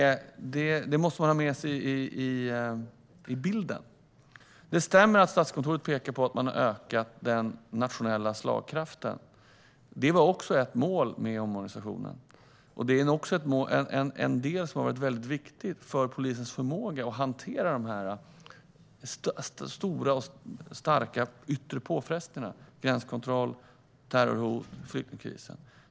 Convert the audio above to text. Det måste man ha med sig i bilden. Det stämmer att Statskontoret pekar på att man har ökat den nationella slagkraften. Det var också ett mål med omorganisationen. Det är också en del som har varit mycket viktig för polisens förmåga att hantera de här starka yttre påfrestningarna: gränskontroll, terrorhot och flyktingkrisen.